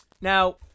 Now